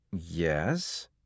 Yes